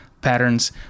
patterns